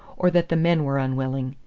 or that the men were unwilling.